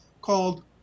called